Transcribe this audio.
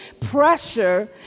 pressure